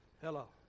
Hello